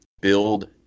build